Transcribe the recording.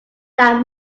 now